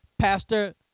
Pastor